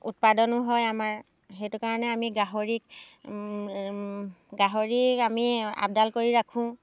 উৎপাদনো হয় আমাৰ সেইটো কাৰণে আমি গাহৰিক গাহৰিক আমি আপদাল কৰি ৰাখোঁ